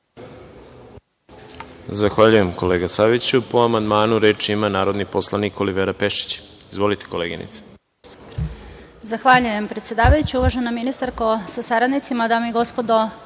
Zahvaljujem, kolega Saviću. Po amandmanu, reč ima narodni poslanik Olivera Pešić. Izvolite, koleginice. **Olivera Pešić** Zahvaljujem predsedavaući. Uvažena ministarko sa saradnicima, dame i gospodo